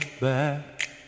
back